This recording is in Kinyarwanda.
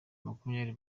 makumyabiri